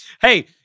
Hey